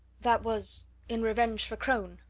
that was in revenge for crone,